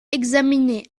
examiner